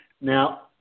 now